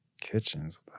Kitchens